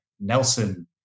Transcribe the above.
Nelson